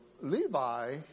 Levi